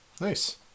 Nice